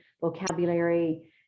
vocabulary